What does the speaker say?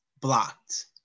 blocked